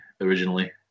originally